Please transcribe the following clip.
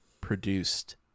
produced